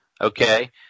Okay